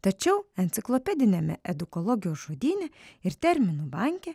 tačiau enciklopediniame edukologijos žodyne ir terminų banke